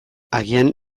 agian